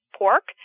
pork